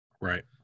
Right